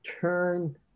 turn